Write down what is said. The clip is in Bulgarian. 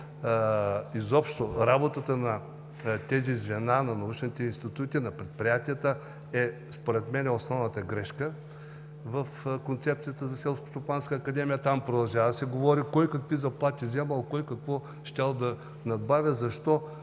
изобщо работата на тези звена, на научните институти, на предприятията, според мен е огромната грешка в концепцията за Селскостопанската академия. Там продължава да се говори кой какви заплати вземал, кой какво щял да надбавя, защо